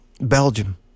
belgium